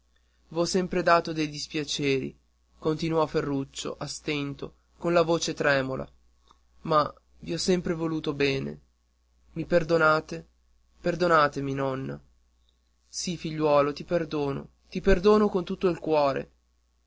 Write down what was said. v'ho sempre dato dei dispiaceri continuò ferruccio a stento con la voce tremola ma vi ho sempre voluto bene i perdonate perdonatemi nonna sì figliuolo ti perdono ti perdono con tutto il cuore